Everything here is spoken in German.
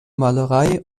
malerei